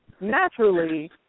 naturally